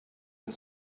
and